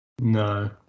No